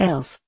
Elf